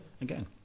again